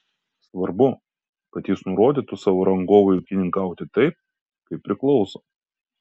svarbu kad jis nurodytų savo rangovui ūkininkauti taip kaip priklauso